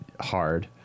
hard